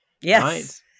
Yes